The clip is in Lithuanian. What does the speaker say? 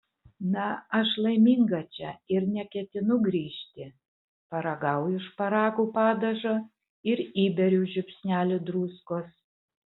na aš laiminga čia ir neketinu grįžti paragauju šparagų padažo ir įberiu žiupsnelį druskos